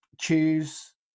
Choose